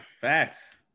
Facts